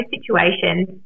situations